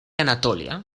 anatolia